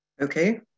Okay